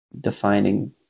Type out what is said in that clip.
defining